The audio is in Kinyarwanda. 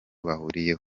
bahuriyeho